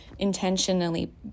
intentionally